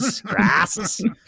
grasses